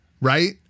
Right